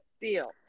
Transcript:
deal